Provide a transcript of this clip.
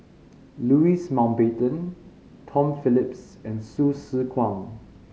Louis Mountbatten Tom Phillips and Hsu Tse Kwang